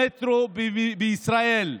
מטרו בישראל,